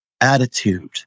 attitude